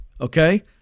okay